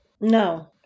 No